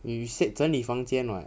you you said 整理房间 [what]